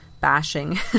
bashing